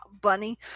Bunny